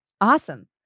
Awesome